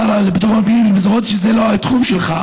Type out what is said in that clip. השר לביטחון פנים, למרות שזה לא התחום שלך,